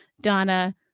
Donna